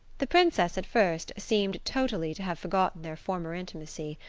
the princess, at first, seemed totally to have forgotten their former intimacy,